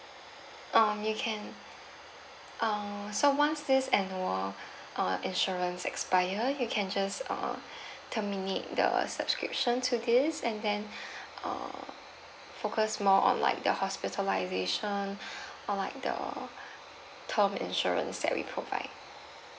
um you can err so once this annual uh insurance expire you can just uh terminate the subscription to this and then err focus more on like the hospitalisation or like the term insurance that we provide